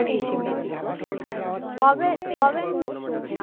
ও কবে কবে নিচ্ছ